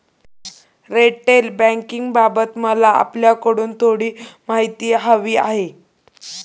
retail बँकिंगबाबत मला आपल्याकडून थोडी माहिती हवी आहे